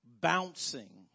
bouncing